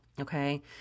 okay